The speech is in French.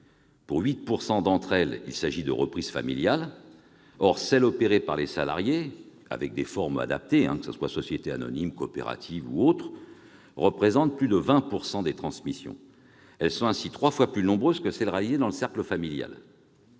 Pour 8 % d'entre elles, il s'agit de reprises familiales. Or celles qui sont opérées par les salariés, quelle que soit la forme adoptée- société anonyme, coopérative, ou autre -représentent plus de 20 % des transmissions. Elles sont ainsi trois fois plus nombreuses que celles qui se réalisent dans le cercle familial.